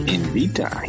Invita